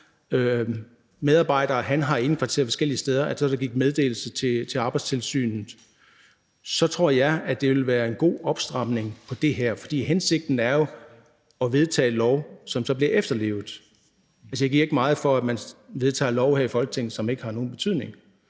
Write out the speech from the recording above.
medarbejdere han har indkvarteret forskellige steder, så går en meddelelse til Arbejdstilsynet. For hensigten er jo at vedtage en lov, som så bliver efterlevet. Altså, jeg giver ikke meget for, at man vedtager love her i Folketinget, som ikke har nogen betydning.